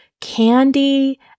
candy